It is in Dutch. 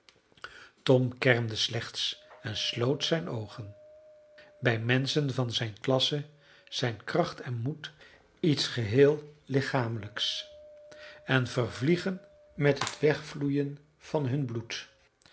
tom kermde slechts en sloot zijn oogen bij menschen van zijne klasse zijn kracht en moed iets geheel lichamelijks en vervliegen met het wegvloeien van hun bloed